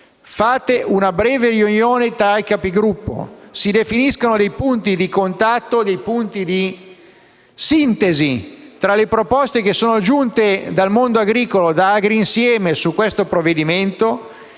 faccia una breve riunione tra i Capigruppo; si definiscano punti di contatto e di sintesi tra le proposte giunte dal mondo agricolo, da Agrinsieme, su questo provvedimento;